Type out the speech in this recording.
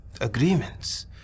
agreements